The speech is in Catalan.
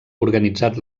organitzat